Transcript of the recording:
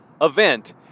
event